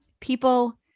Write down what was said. people